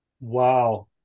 Wow